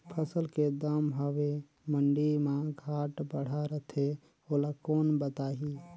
फसल के दम हवे मंडी मा घाट बढ़ा रथे ओला कोन बताही?